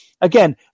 again